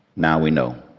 now we know.